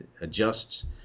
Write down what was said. adjusts